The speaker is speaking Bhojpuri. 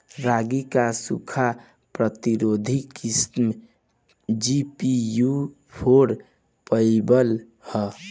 रागी क सूखा प्रतिरोधी किस्म जी.पी.यू फोर फाइव ह?